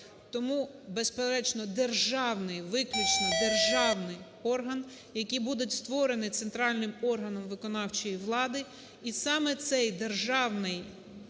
Тому, безперечно, державний, виключно державний орган, який буде створений центральним органом виконавчої влади, і саме цей державний,